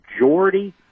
majority